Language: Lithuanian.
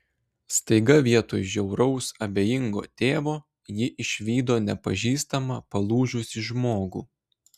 staiga vietoj žiauraus abejingo tėvo ji išvydo nepažįstamą palūžusį žmogų